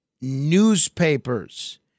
newspapers